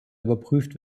überprüft